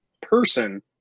person